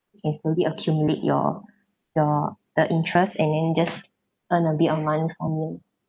and slowly accumulate your your the interest and then just earn a bit of money from it